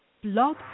Blog